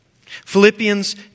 Philippians